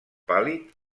pàl·lid